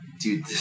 Dude